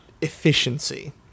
efficiency